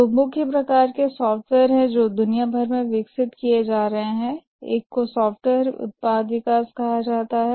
दो मुख्य प्रकार के सॉफ़्टवेयर हैं जो दुनिया भर में विकसित किए जा रहे हैं एक को सॉफ्टवेयर उत्पाद विकास कहा जाता है